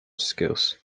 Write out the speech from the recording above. skills